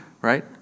right